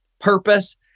purpose